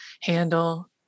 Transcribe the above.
handle